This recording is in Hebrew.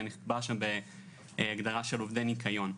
זה נקבע שם בהגדרה של עובדי ניקיון.